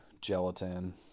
gelatin